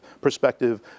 perspective